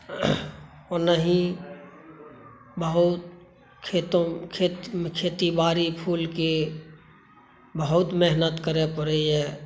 ओनाहि बहुत खेतो खेती बारी फूलके बहुत मेहनत करय परैया